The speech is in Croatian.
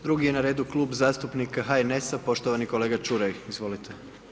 Drugi je na redu Klub zastupnika HNS-a, poštovani kolega Čuraj, izvolite.